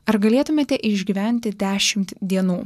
ar galėtumėte išgyventi dešimt dienų